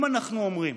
אם אנחנו אומרים